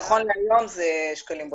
נכון להיום אלה שקלים בודדים.